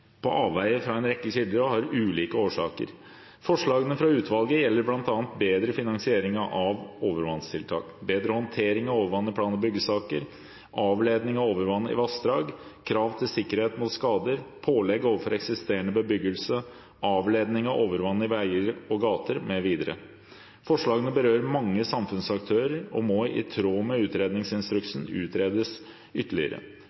utvalget gjelder bl.a. bedre finansiering av overvannstiltak, bedre håndtering av overvann i plan- og byggesaker, avledning av overvann i vassdrag, krav til sikkerhet mot skader, pålegg overfor eksisterende bebyggelse, avledning av overvann i veier og gater mv. Forslagene berører mange samfunnsaktører og må i tråd med utredningsinstruksen utredes ytterligere